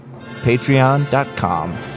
Patreon.com